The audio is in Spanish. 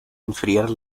enfriar